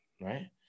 right